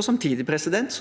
Samtidig